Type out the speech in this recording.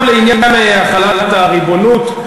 עכשיו לעניין החלת הריבונות.